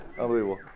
Unbelievable